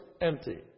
empty